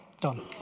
Done